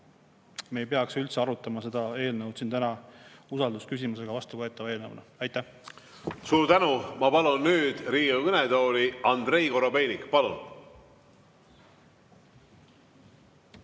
me ei peaks üldse arutama seda eelnõu siin täna usaldusküsimusega vastuvõetava eelnõuna. Aitäh! Suur tänu! Ma palun nüüd Riigikogu kõnetooli Andrei Korobeiniku. Palun!